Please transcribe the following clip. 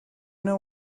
know